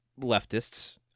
leftists